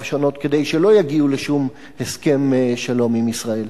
שונות כדי שלא יגיעו לשום הסכם שלום עם ישראל.